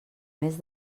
més